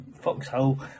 foxhole